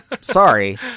sorry